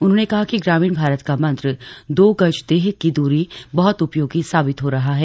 उन्होंने कहा कि ग्रामीण भारत का मंत्र दो गज देह की दूरी बहुत उपयोगी साबित हो रहा है